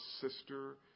sister